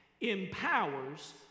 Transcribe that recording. empowers